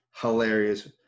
hilarious